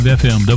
fm